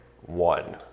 One